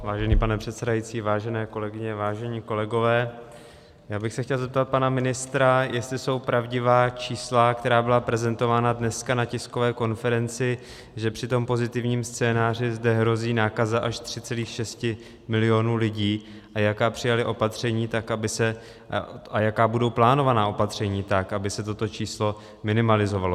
Vážený pane předsedající, vážené kolegyně, vážení kolegové, já bych se chtěl zeptat pana ministra, jestli jsou pravdivá čísla, která byla prezentována dneska na tiskové konferenci, že při tom pozitivním scénáři zde hrozí nákaza až 3,6 milionu lidí, a jaká přijali opatření, tak aby se... a jaká budou plánovaná opatření, tak aby se toto číslo minimalizovalo.